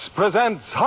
presents